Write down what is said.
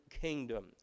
kingdom